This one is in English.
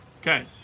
Okay